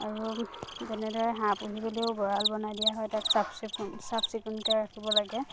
আৰু যেনেদৰে হাঁহ পুহিবলৈও গঁৰাল বনাই দিয়া হয় তাক চাফ চিকুণ চাফ চিকুণকৈ ৰাখিব লাগে